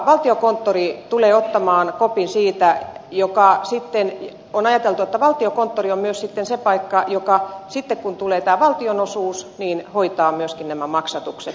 valtiokonttori tulee ottamaan kopin siitä ja on ajateltu että valtiokonttori on myös sitten se paikka joka sitten kun tulee tämä valtionosuus hoitaa myöskin nämä maksatukset